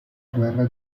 guerra